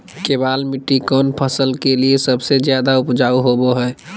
केबाल मिट्टी कौन फसल के लिए सबसे ज्यादा उपजाऊ होबो हय?